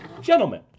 Gentlemen